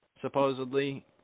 supposedly